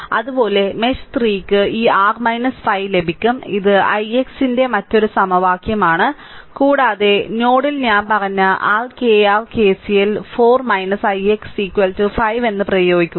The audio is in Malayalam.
അതുപോലെ മെഷ് 3 ന് ഈ r 5 ലഭിക്കും ഇത് ix ന്റെ മറ്റൊരു സമവാക്യമാണ് കൂടാതെ നോഡിൽ ഞാൻ പറഞ്ഞ rkr KCL 4 ix 5 എന്ന് പ്രയോഗിക്കുക